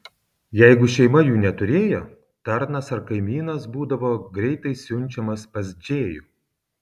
jeigu šeima jų neturėjo tarnas ar kaimynas būdavo greitai siunčiamas pas džėjų